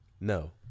No